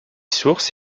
sources